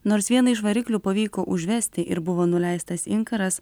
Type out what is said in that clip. nors vieną iš variklių pavyko užvesti ir buvo nuleistas inkaras